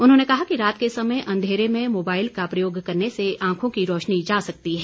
उन्होंने कहा कि रात के समय अंधेरे में मोबाइल का प्रयोग करने से आंखों की रोशनी जा सकती है